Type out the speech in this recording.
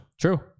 True